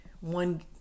one